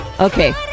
Okay